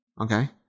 Okay